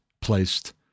placed